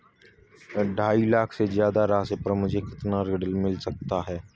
ढाई लाख से ज्यादा राशि पर मुझे कितना ऋण मिल सकता है?